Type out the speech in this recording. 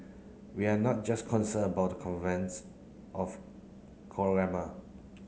we are not just concerned about the convents of